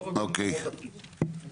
לא רק במקומות אחרים.